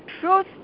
truth